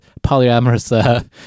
polyamorous